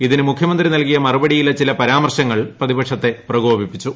ഇതിന് മുഖ്യമന്ത്രി നൽകിയ മറുപടിയിലെ ചില പരാമ്ർശ്ജ്ങ്ങൾ പ്രതിപക്ഷത്തെ പ്രകോപിപ്പിച്ചു